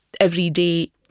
everyday